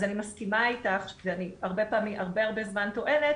אז אני מסכימה איתך ואני הרבה זמן טוענת